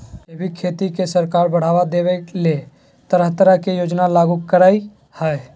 जैविक खेती के सरकार बढ़ाबा देबय ले तरह तरह के योजना लागू करई हई